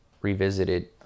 Revisited